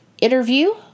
interview